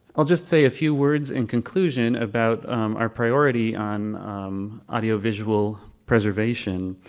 i'll just say a few words in conclusion about our priority on audio visual preservation.